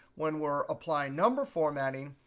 when we're applying number formatting,